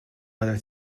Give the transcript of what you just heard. whether